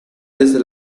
desde